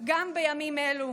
גם בימים אלו.